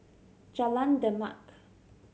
Jalan Demak